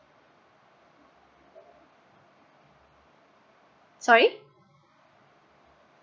sorry